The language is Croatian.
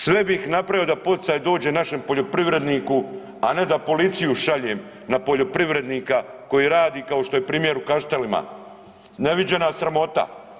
Sve bih napravio da poticaj dođe nam poljoprivredniku a ne da policiju šaljem na poljoprivrednika koji radi kao što je primjer u Kaštelima, neviđena sramota.